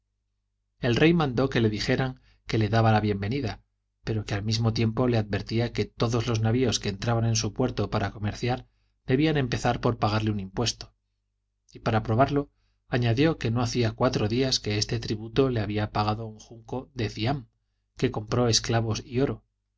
el rey mandó que le dijeran que le daba la bienvenida pero que al mismo tiempo le advertía que todos los navios que entraban en su puerto para comerciar debían empezar por pagarle un impuesto y para probarlo añadió que no hacía cuatro días que este tributo le había pagado un junco deda que compró esclavos y oro